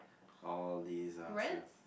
all these answers